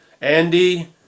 Andy